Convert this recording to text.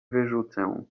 wyrzucę